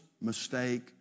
mistake